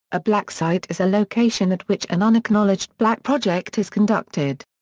a black site is a location at which an unacknowledged black project is conducted.